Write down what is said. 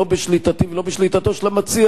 לא בשליטתי ולא בשליטתו של המציע.